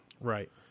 right